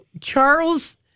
Charles